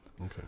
Okay